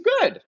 good